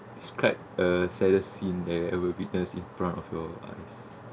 describe a saddest scene that you ever witness in front of your eyes